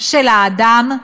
של האדם,